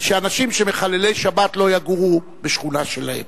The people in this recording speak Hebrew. שאנשים שמחללים שבת לא יגורו בשכונה שלהם?